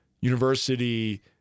university